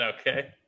Okay